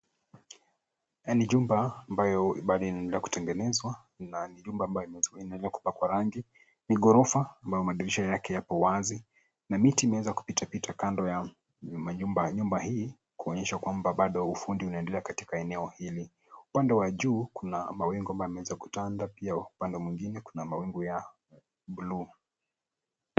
Jengo jipya linalojengwa, likiwa na fremu za chuma nyingi zilizozunguka pande zake. Liko katika hatua za ujenzi, na kuta zake zinaonekana kuwa zimepakwa rangi nyeupe au ziko tayari kupakwa. Nyuma yake, kuna jengo jingine ambalo linaonekana kuwa limejengwa kwa vitalu vya saruji, likiwa na madirisha yenye mraba. Anga ni buluu na kuna mawingu machache meupe